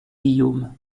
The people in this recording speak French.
guillaume